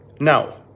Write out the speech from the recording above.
Now